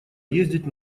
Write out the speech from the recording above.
ездить